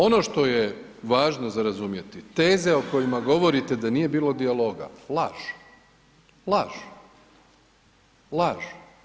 Ono što je važno za razumjeti, teze o kojima govorite da nije bilo dijaloga, laž, laž, laž.